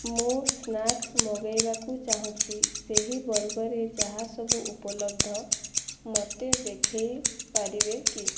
ମୁଁ ସ୍ନାକ୍ସ୍ ମଗାଇବାକୁ ଚାହୁଁଛି ସେହି ବର୍ଗରେ ଯାହା ସବୁ ଉପଲବ୍ଧ ମୋତେ ଦେଖାଇ ପାରିବେ କି